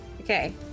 Okay